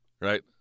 Right